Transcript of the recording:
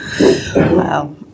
Wow